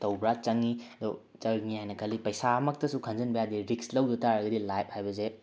ꯇꯧꯕ ꯆꯪꯏ ꯑꯗꯣ ꯆꯪꯏ ꯍꯥꯏꯅ ꯈꯜꯂꯤ ꯄꯩꯁꯥꯃꯛꯇꯁꯨ ꯈꯟꯖꯟꯕ ꯌꯥꯗꯦ ꯔꯤꯛꯁ ꯂꯧꯗ ꯇꯥꯔꯒꯗꯤ ꯂꯥꯏꯐ ꯍꯥꯏꯕꯁꯦ